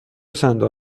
صندوق